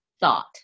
thought